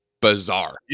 Bizarre